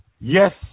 Yes